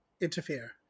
interfere